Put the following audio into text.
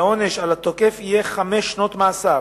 והעונש על התוקף יהיה חמש שנות מאסר.